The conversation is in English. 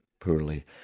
poorly